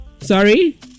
Sorry